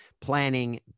planning